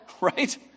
right